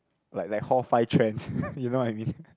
like like hall five trends you know what I mean